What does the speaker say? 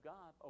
God